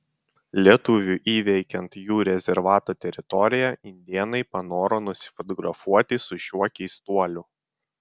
lietuviui įveikiant jų rezervato teritoriją indėnai panoro nusifotografuoti su šiuo keistuoliu